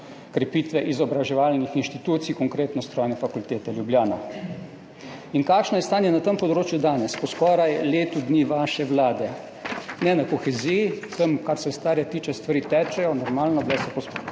krepitve izobraževalnih institucij, konkretno strojne fakultete v Ljubljani. In kakšno je stanje na tem področju danes, po skoraj letu dni vaše vlade? Na koheziji, tam, kar se starih tiče, stvari tečejo normalno, bile so pospešene,